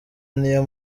niyo